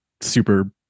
super